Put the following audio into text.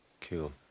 Cool